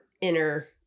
inner